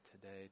today